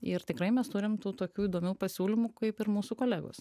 ir tikrai mes turim tų tokių įdomių pasiūlymų kaip ir mūsų kolegos